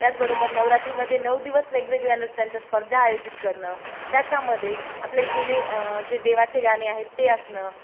त्याचबरोबर नवरात्रीमध्ये नऊ दिवस वेगवेगळ्या नृत्यांच्या स्पर्धा आयोजित करणं त्याच्यामध्ये आपले जुने जे देवाचे गाणे आहेत ते असणं